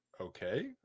okay